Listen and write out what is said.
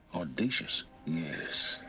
audacious yes.